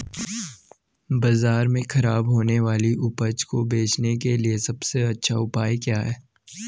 बाजार में खराब होने वाली उपज को बेचने के लिए सबसे अच्छा उपाय क्या हैं?